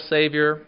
Savior